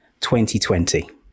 2020